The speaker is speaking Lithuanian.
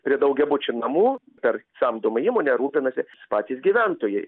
prie daugiabučių namų per samdomą įmonę rūpinasi patys gyventojai